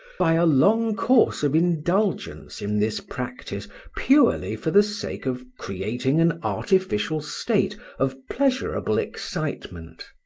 by a long course of indulgence in this practice purely for the sake of creating an artificial state of pleasurable excitement.